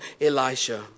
Elisha